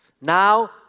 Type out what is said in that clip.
Now